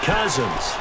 Cousins